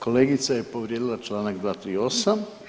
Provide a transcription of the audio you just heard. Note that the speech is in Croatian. Kolegica je povrijedila članak 238.